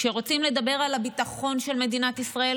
כשרוצים לדבר על הביטחון של מדינת ישראל,